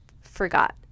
forgot